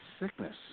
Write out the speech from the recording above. sickness